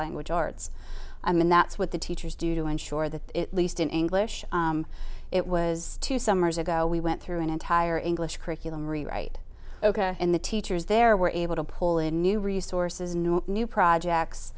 language arts i mean that's what the teachers do to ensure that least in english it was two summers ago we went through an entire english curriculum rewrite ok and the teachers there were able to pull in new resources no new projects